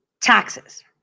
taxes